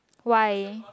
why